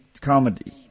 comedy